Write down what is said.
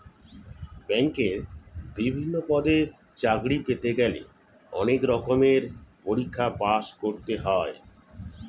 ব্যাংকে বিভিন্ন পদে চাকরি পেতে গেলে অনেক রকমের পরীক্ষায় পাশ করতে হয়